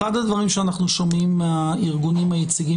אחד הדברים שאנחנו שומעים מהארגונים היציגים